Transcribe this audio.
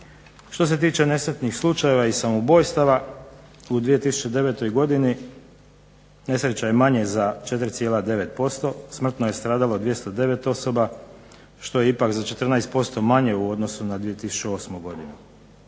Što se tiče nesretnih slučajeva i samoubojstava u 2009. godini nesreća je manje za 4,9%, smrtno je stradalo 209 osoba što je ipak za 14% manje u odnosu na 2008. godinu.